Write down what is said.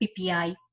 PPI